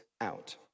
out